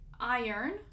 iron